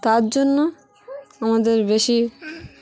তার জন্য আমাদের বেশি